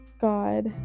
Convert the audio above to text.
god